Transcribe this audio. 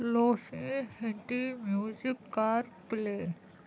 lofi Hindi music کر play